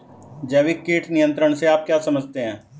जैविक कीट नियंत्रण से आप क्या समझते हैं?